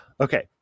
Okay